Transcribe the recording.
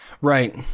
Right